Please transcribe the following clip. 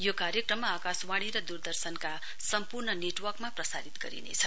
यो कार्यक्रम आकाशवाणी र दूरदर्शनका सम्पूर्ण नेटवर्कमा प्रसारित गरिनेछ